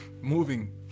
moving